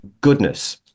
goodness